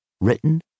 Written